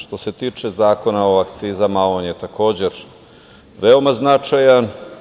Što se tiče Zakona o akcizama, on je takođe veoma značajan.